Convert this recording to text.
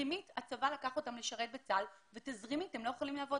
הצבא לקח אותם לשרת בצה"ל ותזרימית הם לא יכולים לעבוד.